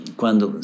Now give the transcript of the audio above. quando